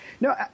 No